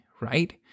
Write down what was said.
right